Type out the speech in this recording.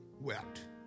wept